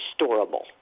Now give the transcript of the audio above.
storable